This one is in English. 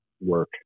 work